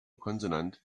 consonant